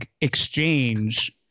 exchange